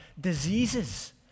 diseases